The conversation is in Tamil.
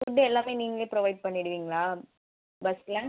ஃபுட்டு எல்லாமே நீங்களே ப்ரொவைட் பண்ணிடுவீங்களா பஸ்ல